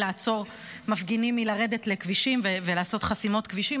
לעצור מפגינים מלרדת לכבישים ולעשות חסימות כבישים,